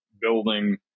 building